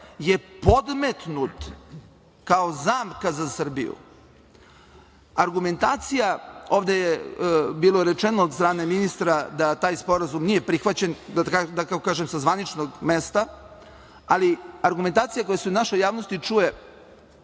je podmetnut kao zamka za Srbiju. Ovde je bilo rečeno od strane ministra da taj sporazum nije prihvaćen, kako da kažem, sa zvaničnog mesta, ali argumentacija koja se u našoj javnosti čuje